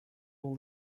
all